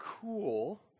cool